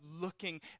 looking